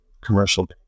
commercial